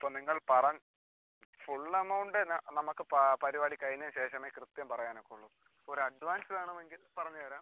ഇപ്പോൾ നിങ്ങൾ പറൻ ഫുള്ള് എമൗണ്ട് നമുക്ക് പരിപാടി കഴിഞ്ഞ ശേഷമേ നമുക്ക് കൃത്യം പറയാൻ ഒക്കുകയുള്ളൂ ഒരു അഡ്വാൻസ് വേണമെങ്കിൽ പറഞ്ഞ് തരാം